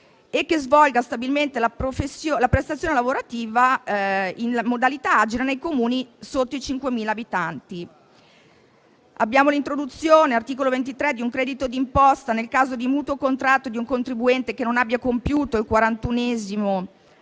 e che svolga stabilmente la prestazione lavorativa in modalità agile nei Comuni sotto i 5.000 abitanti. Si è introdotto all'articolo 23 un credito d'imposta nel caso di mutuo contratto da un contribuente che non abbia compiuto il